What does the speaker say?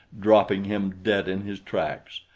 dropping him dead in his tracks.